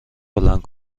بلند